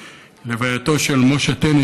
מלווייתו של משה טנא,